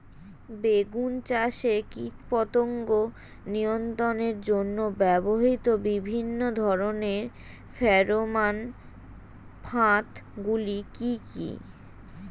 বেগুন চাষে কীটপতঙ্গ নিয়ন্ত্রণের জন্য ব্যবহৃত বিভিন্ন ধরনের ফেরোমান ফাঁদ গুলি কি কি?